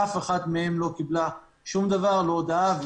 אף אחד מהן לא קיבלה שום דבר לא הודעה,